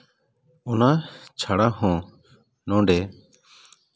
ᱚᱱᱟ ᱪᱷᱟᱲᱟ ᱦᱚᱸ ᱱᱚᱰᱮ